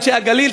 אנשי הגליל,